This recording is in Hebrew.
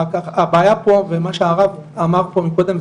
הבעיה פה ומה שהרב אמר פה מקודם,